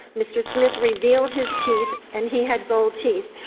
mr. smith revealed his teeth, and he had gold teeth.